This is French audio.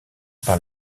par